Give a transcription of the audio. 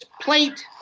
plate